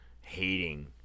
hating